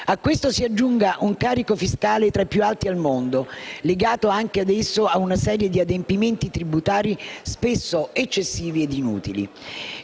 A questo si aggiunga un carico fiscale tra i più alti al mondo, legato anche esso a una serie di adempimenti tributari spesso eccessivi ed inutili.